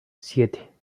siete